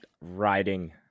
riding